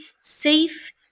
safe